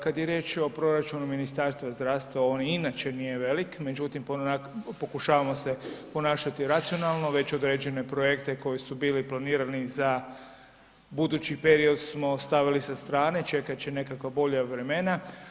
Kad je riječ o proračunu Ministarstva zdravstva, on inače nije velik, međutim pokušavamo se ponašati racionalno, već određene projekte koji su bili planirani za budući period smo stavili sa strane, čekat će nekakva bolja vremena.